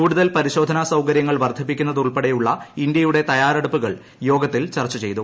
കൂടുതൽ പരിശോധനാ സൌകര്യങ്ങൾ വർദ്ധിപ്പിക്കുന്നത് ഉൾപ്പെടെയുള്ള ഇന്ത്യയുടെ തയ്യാറെടുപ്പുകൾ യോഗത്തിൽ ചർച്ച ചെയ്തു